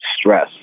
stress